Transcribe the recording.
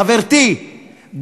חברתי,